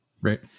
Right